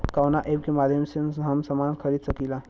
कवना ऐपके माध्यम से हम समान खरीद सकीला?